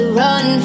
run